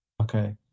Okay